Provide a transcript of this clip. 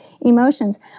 emotions